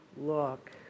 look